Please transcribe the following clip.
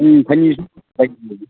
ꯎꯝ ꯈꯩꯅꯤꯁꯨ ꯂꯩꯅꯤ